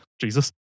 Jesus